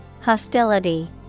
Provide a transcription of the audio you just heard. Hostility